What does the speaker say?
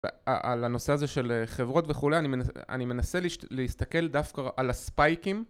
על הנושא הזה של חברות וכולי, אני מנסה להסתכל דווקא על הספייקים